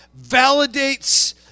validates